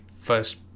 first